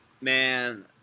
Man